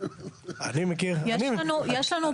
אני מכיר --- יש לנו פרויקטים.